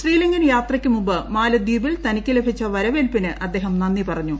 ശ്രീലങ്കൻ യാത്രക്കുമുമ്പ് മാലിദ്വീപിൽ തനിക്ക് ലഭിച്ച വരവേൽപ്പിന് അദ്ദേഹം നന്ദി പറഞ്ഞു